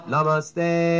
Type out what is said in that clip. Namaste